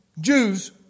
Jews